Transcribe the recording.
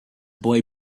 boy